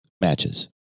matches